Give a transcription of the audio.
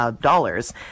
dollars